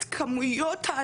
לאן לפנות.